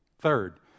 Third